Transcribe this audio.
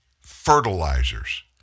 fertilizers